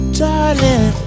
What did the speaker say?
darling